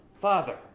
father